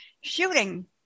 shooting